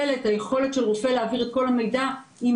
והיכולת של הרופא להעביר את כל המידע ב-10 דקות,